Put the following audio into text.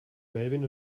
melvin